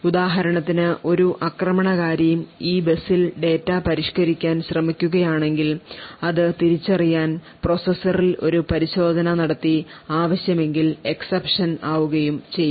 ഉദാഹരണത്തിന് ഒരു ആക്രമണകാരി ഈ ബസിൽ ഡാറ്റ പരിഷ്ക്കരിക്കാൻ ശ്രമിക്കുകയാണെങ്കിൽ അത് തിരിച്ചറിയാൻ പ്രോസസ്സറിൽ ഒരു പരിശോധന നടത്തി ആവശ്യമെങ്കിൽ exception ആകുകയും ചെയ്യും